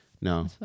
no